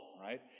right